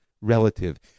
relative